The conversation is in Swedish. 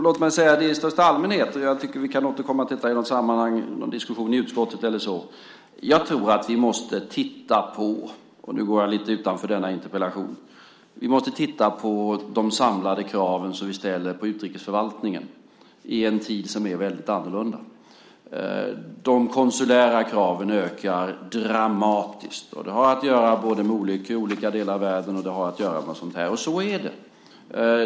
Låt mig säga i största allmänhet - jag tycker att vi kan återkomma till detta i något sammanhang, någon diskussion i utskottet eller så - att jag tror att vi måste titta på, och nu går jag lite utanför denna interpellation, de samlade krav som vi ställer på utrikesförvaltningen i en tid som är väldigt annorlunda. De konsulära kraven ökar dramatiskt. Det har att göra både med olyckor i olika delar av världen och med sådant här. Så är det.